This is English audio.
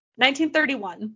1931